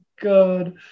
God